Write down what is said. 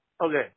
Okay